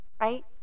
right